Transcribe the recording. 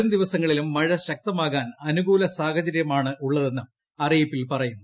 വരും ദിവസങ്ങളിലും മഴ ശക്തമാകാൻ അനുകൂല സാഹചര്യമാണുള്ളതെന്നും അറിയിപ്പിൽ പറയുന്നു